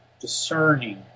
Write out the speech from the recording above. discerning